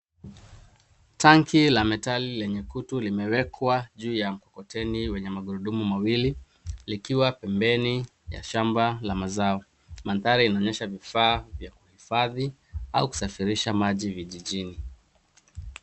Tangi la metallic lenye kutu limewekwa juu ya mkokoteni lenye Magurudumu mawili likiwa pempeni ya shamba la mazao. mandhari inaonyesha vifaa vya kuhifadhi au kusafirisha maji vijijini.